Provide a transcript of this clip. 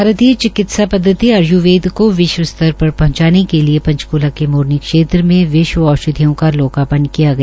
भारतीय चिकित्सा पद्धति आयर्वेद को विश्व स्तर पर पहंचाने के लिए पंचक्ला के मोरनी क्षेत्र में विश्व औषधीयों का लोकार्पण किया गया